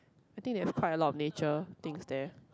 I think there have quite a lot nature things there